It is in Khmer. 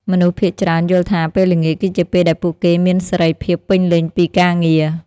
មនុស្សភាគច្រើនយល់ថា ពេលល្ងាចគឺជាពេលដែលពួកគេមានសេរីភាពពេញលេញពីការងារ។